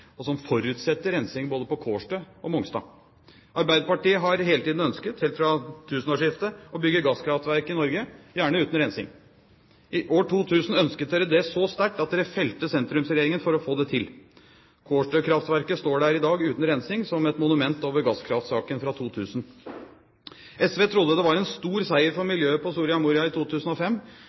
og som forutsetter rensing både på Kårstø og på Mongstad. Arbeiderpartiet har hele tiden ønsket – helt fra tusenårsskiftet – å bygge gasskraftverk i Norge, gjerne uten rensing. I år 2000 ønsket dere det så sterkt at dere felte sentrumsregjeringen for å få det til. Kårstø-kraftverket står der i dag uten rensing som et monument over gasskraftsaken fra 2000. SV trodde det var en stor seier for miljøet på Soria Moria i 2005.